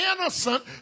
innocent